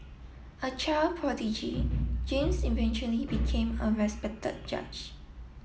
a child prodigy James eventually became a respected judge